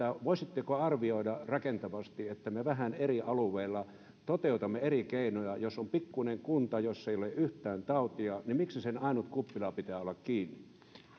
voisitteko arvioida rakentavasti sitä että me vähän eri alueilla toteutamme eri keinoja jos on pikkuinen kunta jossa ei ole yhtään tautia niin miksi sen ainoan kuppilan pitää olla kiinni